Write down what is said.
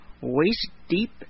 waist-deep